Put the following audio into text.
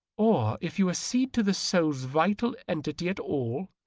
or, if you accede to the soul's vital entity at all,